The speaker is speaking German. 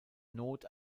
not